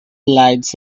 lights